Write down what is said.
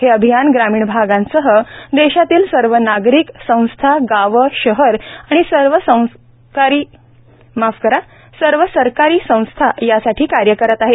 हे अभियान ग्रामिण भागांसह देशातील सर्व नागरिक संस्था गावं शहर आणि सर्व सरकारी संस्था यासाठी कार्य करीत आहेत